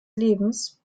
lebens